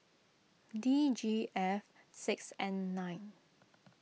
D G F six N nine